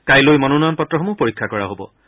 কাইলৈ মনোনয়ন পত্ৰসমূহ পৰীক্ষা কৰা হ'ব